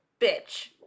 bitch